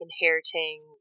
Inheriting